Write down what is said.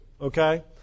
okay